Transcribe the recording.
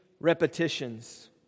repetitions